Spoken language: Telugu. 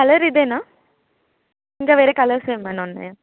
కలర్ ఇదేనా ఇంకా వేరే కలర్స్ ఏమైనా ఉన్నాయా